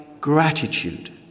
gratitude